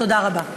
תודה רבה.